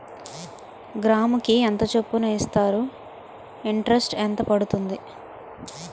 గ్రాముకి ఎంత చప్పున ఇస్తారు? ఇంటరెస్ట్ ఎంత పడుతుంది?